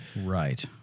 Right